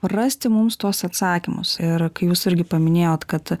rasti mums tuos atsakymus ir kai jūs irgi paminėjot kad